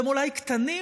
שהם אולי קטנים,